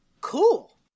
cool